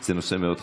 זה נושא מאוד חשוב.